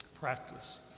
practice